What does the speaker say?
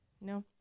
No